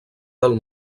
del